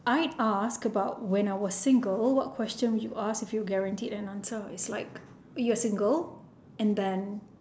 I asked about when I was single what question would you ask if you were guaranteed an answer it's like you are single and then